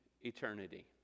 eternity